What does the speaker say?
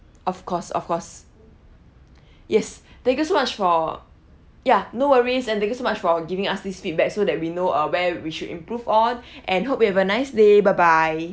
of course of course yes thank you so much for ya no worries and thank you so much for giving us this feedback so that we know uh where we should improve on and hope you have a nice day bye bye